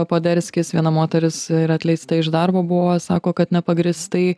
poderskis viena moteris ir atleista iš darbo buvo sako kad nepagrįstai